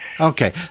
Okay